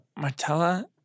Martella